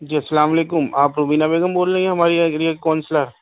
جی السلام علیکم آپ روبینا بیگم بول رہی ہیں ہمارے ایریے کی کونسلر